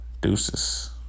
Deuces